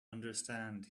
understand